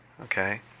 Okay